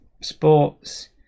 sports